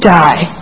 die